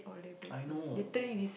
I know